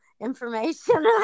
information